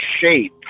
shape